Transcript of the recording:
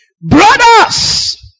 Brothers